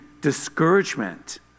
discouragement